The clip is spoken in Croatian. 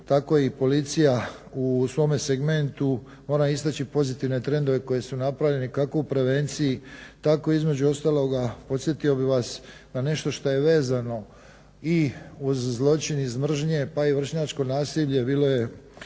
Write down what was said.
Tako i policija u svome segmentu moram istaći pozitivne trendove koji su napravljeni kako u prevenciji, tako i između ostaloga podsjetio bih vas na nešto što je vezano i uz zločin iz mržnje pa i vršnjačko nasilje. Bilo je saborsko